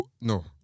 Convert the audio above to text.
no